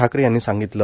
ठाकरे यांनी सांगितले